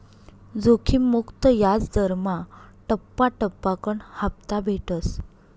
जोखिम मुक्त याजदरमा टप्पा टप्पाकन हापता भेटस